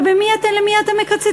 ולמי אתם מקצצים?